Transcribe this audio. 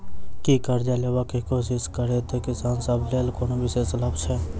की करजा लेबाक कोशिश करैत किसान सब लेल कोनो विशेष लाभ छै?